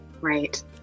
right